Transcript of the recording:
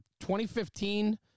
2015